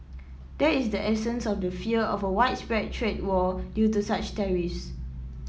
that is the essence of the fear of a widespread trade war due to such tariffs